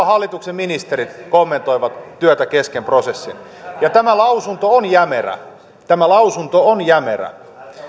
hallituksen ministerit kommentoivat työtä kesken prosessin tämä lausunto on jämerä tämä lausunto on jämerä